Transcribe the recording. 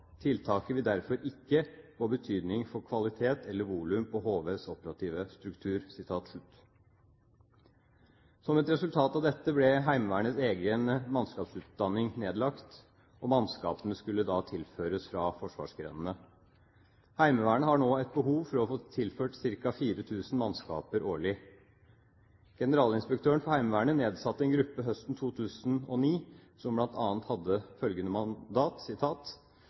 Tiltaket vil derfor ikke få betydning for kvalitet eller volum på HVs operative struktur.» Som et resultat av dette ble Heimevernets egen mannskapsutdanning nedlagt, og mannskapene skulle da tilføres fra forsvarsgrenene. Heimevernet har nå et behov for å få tilført ca. 4 000 mannskaper årlig. Generalinspektøren for Heimevernet nedsatte en gruppe høsten 2009, som bl.a. hadde følgende mandat: